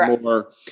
more